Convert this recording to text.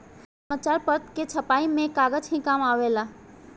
समाचार पत्र के छपाई में कागज ही काम आवेला